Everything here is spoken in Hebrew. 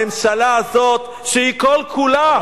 הממשלה הזאת שהיא כל כולה,